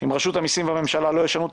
אם רשות המיסים והממשלה לא ישנו את